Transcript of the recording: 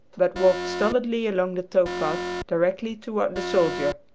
but walked stolidly along the tow-path directly toward the soldier.